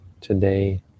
today